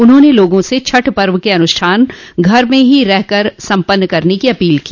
उन्होंने लोगों से छठ पर्व के अनुष्ठान घर में रही रह कर सम्पन्न करने की अपील की